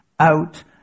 out